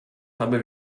habe